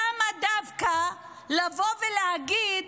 למה דווקא לבוא ולהגיד,